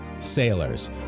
sailors